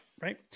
Right